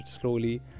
slowly